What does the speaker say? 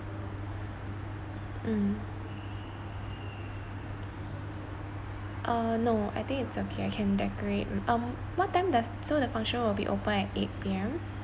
mm uh no I think it's okay I can decorate um what time does so the function will be open at eight P_M